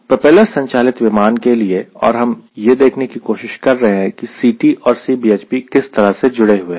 propeller संचालित विमान के लिए और हम यह देखने की कोशिश कर रहे हैं कि Ct और Cbhp किस तरह से जुड़े हुए हैं